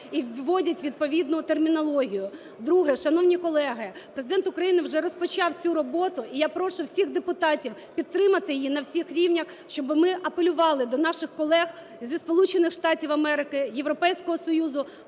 і вводять відповідну термінологію. Друге. Шановні колеги, Президент України вже розпочав цю роботу, і я прошу всіх депутатів підтримати її на всіх рівнях, щоби ми апелювали до наших колег зі Сполучених